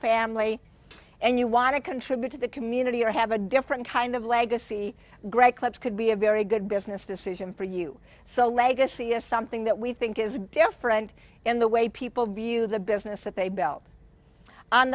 family and you want to contribute to the community or have a different kind of legacy great clubs could be a very good business decision for you so legacy is something that we think is different in the way people view the business that they build on